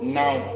now